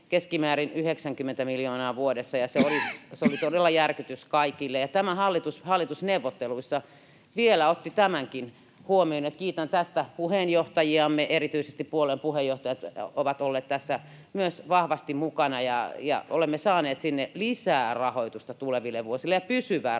keskimäärin 90 miljoonaa vuodessa, ja se oli todella järkytys kaikille. Tämä hallitus hallitusneuvotteluissa vielä otti tämänkin huomioon, ja kiitän tästä puheenjohtajiamme. Erityisesti myös puolueiden puheenjohtajat ovat olleet tässä vahvasti mukana, ja olemme saaneet sinne lisää rahoitusta tuleville vuosille ja nimenomaan pysyvää rahoitusta,